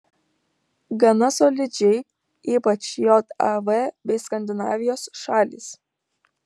gana solidžiai ypač jav bei skandinavijos šalys